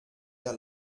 der